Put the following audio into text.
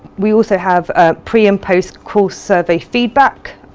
we also have ah pre and post course survey feedback.